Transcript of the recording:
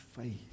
faith